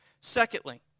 Secondly